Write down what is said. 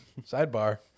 sidebar